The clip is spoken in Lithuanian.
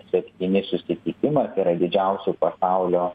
septyni susitikimą tai yra didžiausių pasaulio